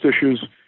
issues